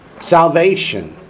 Salvation